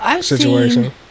situation